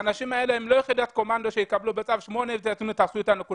האנשים האלה הם לא יחידת קומנדו שיקבלו בצו 8 שיעשו משהו.